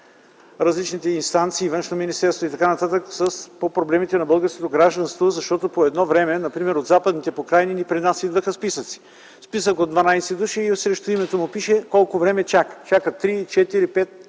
различните инстанции – Външно министерство и така нататък, по проблемите на българското гражданство. Например по едно време от Западните покрайнини при нас идваха списъци – списък от 12 души и срещу името му пише колко време чака. Чакат 3,4,5